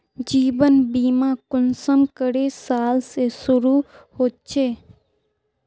जीवन बीमा कुंसम करे साल से शुरू होचए?